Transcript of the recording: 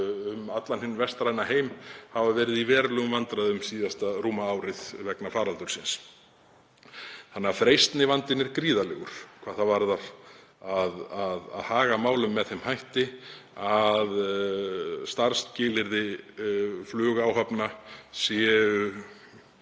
um allan hinn vestræna heim hafa meira og minna verið í verulegum vandræðum síðasta rúma árið vegna faraldursins. Freistnivandinn er því gríðarlegur hvað það varðar að haga málum með þeim hætti að starfsskilyrði flugáhafna séu